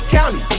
County